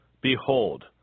Behold